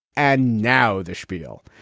and now the spiel.